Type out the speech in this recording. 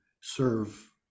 serve